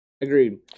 Agreed